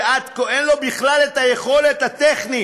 שעד כה אין לו בכלל יכולת טכנית